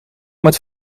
met